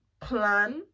plan